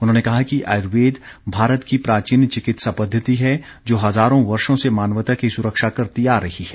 उन्होंने कहा कि आयुर्वेद भारत की प्राचीन चिकित्सा पद्धति है जो हज़ारों वर्षों से मानवता की सुरक्षा करती आ रही है